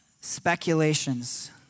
speculations